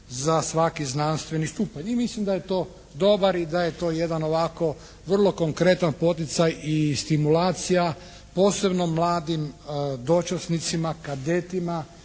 za svaki znanstveni stupanj. I mislim da je to dobar i da je to jedan ovako vrlo konkretan poticaj i stimulacija posebno mladim dočasnicima, kadetima,